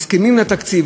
מסכימים לתקציב,